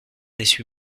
essuie